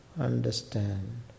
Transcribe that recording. understand